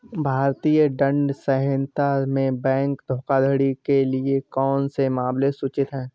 भारतीय दंड संहिता में बैंक धोखाधड़ी के कौन से मामले सूचित हैं?